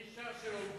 אני שר שירי,